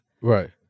Right